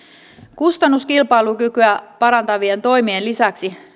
kustannuskilpailukykyä parantavien toimien lisäksi